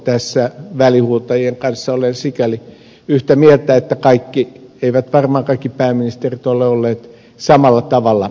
tässä välihuutajien kanssa olen sikäli yhtä mieltä että varmaan kaikki pääministerit eivät ole olleet samalla tavalla liikkeellä